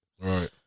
Right